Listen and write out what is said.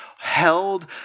held